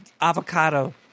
avocado